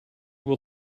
will